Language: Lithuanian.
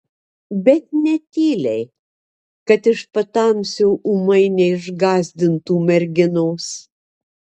bet ne tyliai kad iš patamsio ūmai neišgąsdintų merginos